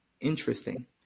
interesting